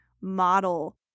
model